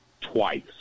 twice